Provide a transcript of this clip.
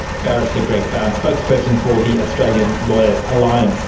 barrister greg barns, spokesperson for the australian lawyers alliance.